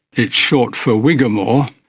it's short for whiggamore.